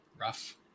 Rough